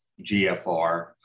GFR